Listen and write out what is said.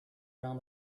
around